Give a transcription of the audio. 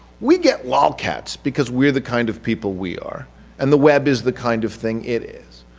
we get lolcats because we're the kind of people we are and the web is the kind of thing it is,